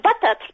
butter